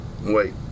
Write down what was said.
wait